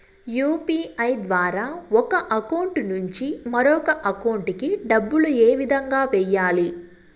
UPI ద్వారా ఒక account నుంచి మరొక అకౌంట్ కి డబ్బులు ఏ విధంగా వెయ్యాలి